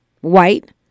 white